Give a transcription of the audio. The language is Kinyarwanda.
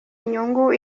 inyungu